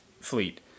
fleet